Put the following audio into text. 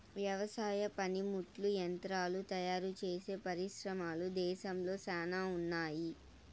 వ్యవసాయ పనిముట్లు యంత్రాలు తయారుచేసే పరిశ్రమలు దేశంలో శ్యానా ఉన్నాయి